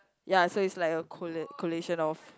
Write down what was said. ya so it's like a colla~ collation of